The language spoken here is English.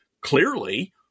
clearly